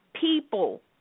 people